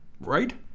right